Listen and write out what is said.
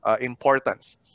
importance